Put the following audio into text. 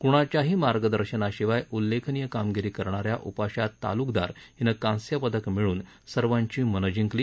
कोणाच्याही मार्गदर्शनाशिवाय उल्लेखनीय कामगिरी करणाऱ्या उपाशा तालुकदार हिनं कांस्य पदक मिळवून सर्वांची मनं जिंकली